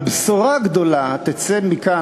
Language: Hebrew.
אבל בשורה גדולה תצא מכאן,